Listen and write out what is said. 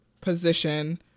position